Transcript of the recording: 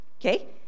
Okay